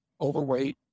overweight